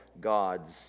God's